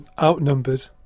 outnumbered